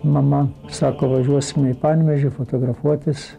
mama sako važiuosime į panevėžį fotografuotis